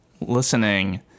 listening